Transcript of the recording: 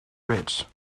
rich